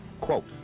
quote